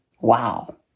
Wow